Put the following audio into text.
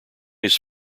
his